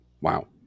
Wow